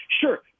Sure